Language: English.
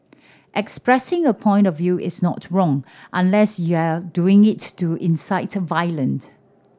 expressing a point of view is not wrong unless you're doing it to incite violent